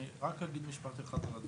אני רק אגיד משפט אחד על הדברים.